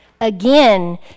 again